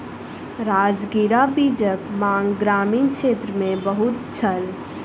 राजगिरा बीजक मांग ग्रामीण क्षेत्र मे बहुत छल